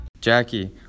Jackie